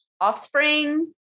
offspring